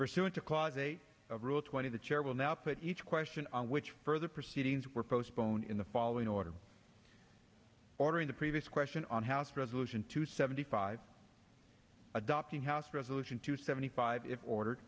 pursuant to cause of rule twenty the chair will now put each question on which further proceedings were postponed in the following order ordering the previous question on house resolution two seventy five adopting house resolution two seventy five in order